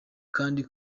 kandi